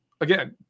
Again